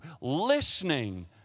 Listening